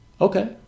Okay